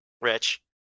Rich